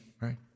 Right